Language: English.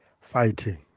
fighting